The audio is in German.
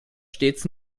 stets